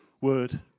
word